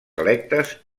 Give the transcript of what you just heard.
electes